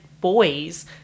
boys